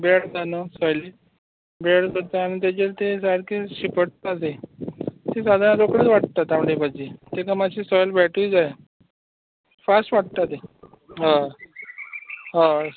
bed ना न्हू सोयलीन बेड आसता आनी तेजेर सारके शिपडटा तें ती साधारण रोखडीच वाडटा तांबडी भाजी तिका मात्शीं सोयल वेटूय जाय फास्ट वाडटा तीं हय हय